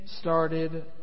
started